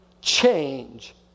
change